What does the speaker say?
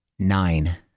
Nine